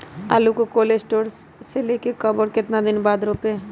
आलु को cold store से ले के कब और कितना दिन बाद रोपे?